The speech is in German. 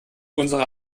unsere